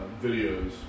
videos